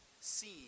seen